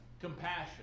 compassion